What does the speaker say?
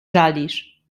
żalisz